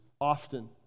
often